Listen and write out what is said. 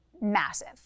massive